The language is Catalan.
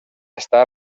estat